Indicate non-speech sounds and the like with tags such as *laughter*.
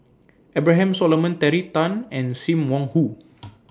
Abraham Solomon Terry Tan and SIM Wong Hoo *noise*